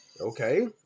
Okay